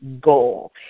goal